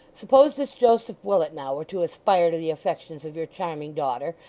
suppose this joseph willet now, were to aspire to the affections of your charming daughter,